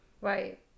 Right